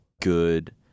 good